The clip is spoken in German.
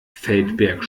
feldberg